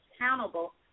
accountable